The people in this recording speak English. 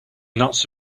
nuts